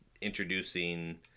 introducing